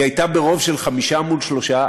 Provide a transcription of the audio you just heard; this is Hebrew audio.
היא הייתה ברוב של חמישה מול שלושה.